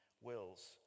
wills